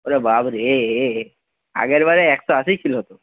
ওরে বাপরে এ আগের বারে একশো আশি ছিল তো